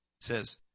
says